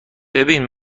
ببین